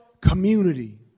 community